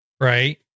right